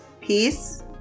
peace